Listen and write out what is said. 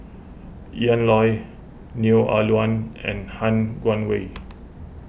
Ian Loy Neo Ah Luan and Han Guangwei